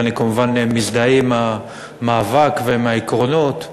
ואני כמובן מזדהה עם המאבק ועם העקרונות,